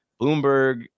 Bloomberg